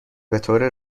بطور